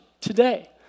today